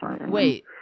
wait